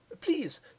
Please